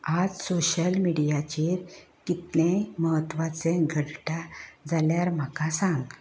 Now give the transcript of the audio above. आज सोशल मिडियाचेर कितेंय म्हत्वाचें घडटा जाल्यार म्हाका सांग